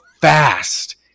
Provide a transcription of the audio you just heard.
fast